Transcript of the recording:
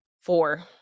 Four